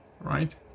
right